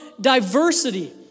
diversity